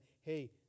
hey